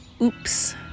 Oops